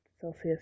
celsius